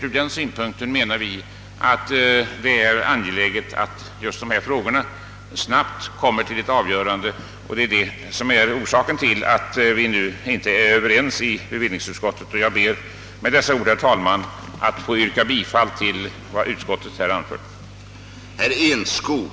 Ur den synpunkten menar vi att det är angeläget att dessa frågor snabbt avgörs. Detta är orsaken till att vi nu inte är överens i bevillningsutskottet. Jag ber med dessa ord, herr talman, att få yrka bifall till vad utskottet har föreslagit.